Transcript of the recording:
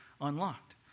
unlocked